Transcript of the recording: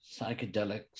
psychedelics